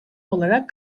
olarak